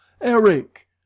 eric